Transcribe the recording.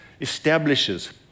establishes